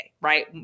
right